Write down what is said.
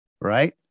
right